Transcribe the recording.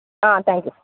thank you